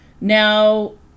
now